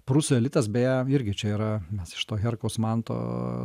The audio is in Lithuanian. prūsų elitas beje irgi čia yra mes iš to herkaus manto